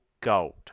gold